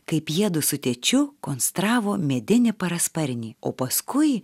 kaip jiedu su tėčiu konstravo medinį parasparnį o paskui